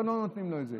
לא נותנים לו את זה.